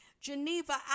Geneva